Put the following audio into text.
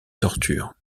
torture